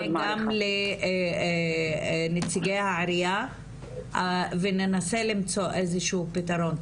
גם לנציגי העירייה וננסה למצוא איזשהו פתרון.